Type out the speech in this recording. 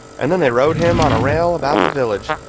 and then they rode him on a rail about the village,